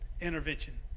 intervention